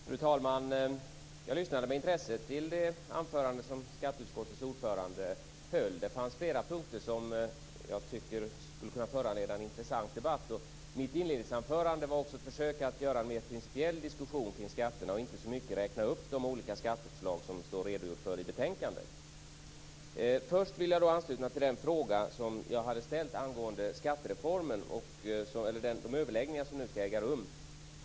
Fru talman! Jag lyssnade med intresse till det anförande som skatteutskottets ordförande höll. Det fanns flera punkter som skulle föranleda en intressant debatt. Mitt inledningsanförande var också ett försök att få till stånd en mer principiell diskussion kring skatterna och inte så mycket en uppräkning av de olika skatteförslag som redovisas i betänkandet. Först vill jag ansluta mig till den fråga som jag hade ställt angående skattereformen och de överläggningar som nu skall äga rum.